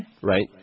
Right